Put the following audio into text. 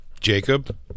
Jacob